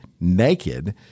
naked